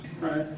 right